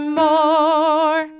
more